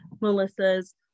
Melissa's